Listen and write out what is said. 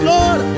Lord